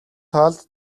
талд